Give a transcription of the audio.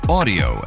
audio